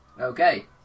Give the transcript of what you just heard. Okay